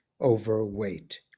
overweight